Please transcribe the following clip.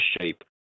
shape